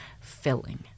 filling